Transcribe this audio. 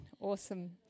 Awesome